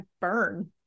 burn